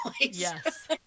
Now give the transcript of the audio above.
Yes